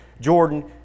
Jordan